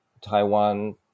Taiwan